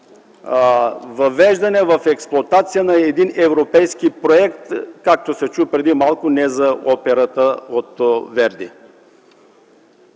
въвеждане в експлоатация на един европейски проект, както се чу преди малко, не за операта от Верди.